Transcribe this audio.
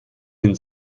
den